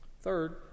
Third